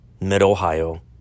mid-Ohio